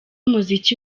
umuziki